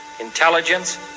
intelligence